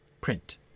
print